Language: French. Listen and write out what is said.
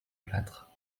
plâtre